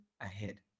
ahead